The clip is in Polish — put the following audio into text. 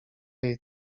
jej